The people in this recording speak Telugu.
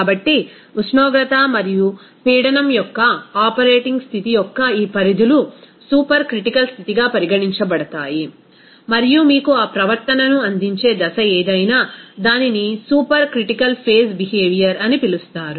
కాబట్టి ఉష్ణోగ్రత మరియు పీడనం యొక్క ఆపరేటింగ్ స్థితి యొక్క ఈ పరిధులు సూపర్ క్రిటికల్ స్థితిగా పరిగణించబడతాయి మరియు మీకు ఆ ప్రవర్తనను అందించే దశ ఏదైనా దానిని సూపర్ క్రిటికల్ ఫేజ్ బిహేవియర్ అని పిలుస్తారు